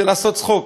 זה לעשות צחוק.